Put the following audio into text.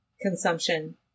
consumption